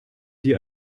dir